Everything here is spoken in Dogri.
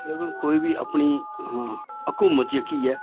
लेकिन कोई बी अपनी हकूमत जेह्की ऐ